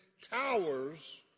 towers